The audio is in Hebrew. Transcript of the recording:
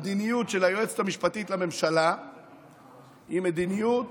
המדיניות של היועצת המשפטית לממשלה היא מדיניות,